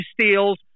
steals